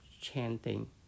chanting